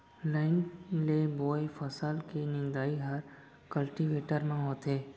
line ले बोए फसल के निंदई हर कल्टीवेटर म होथे